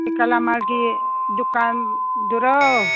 ꯑꯥꯀꯥꯂꯃꯥꯔꯒꯤ ꯗꯨꯀꯥꯟꯗꯨꯔꯣ